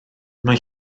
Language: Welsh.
mae